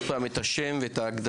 כי זה יותר על הנושא של התלמידים,